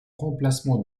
remplacement